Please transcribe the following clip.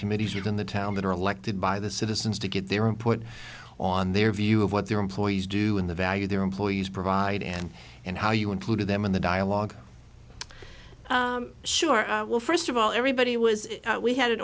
committees in the town that are elected by the citizens to get their input on their view of what their employees do in the value their employees provide and and how you include them in the dialogue sure well first of all everybody was we had an